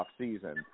offseason